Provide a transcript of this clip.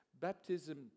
Baptism